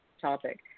topic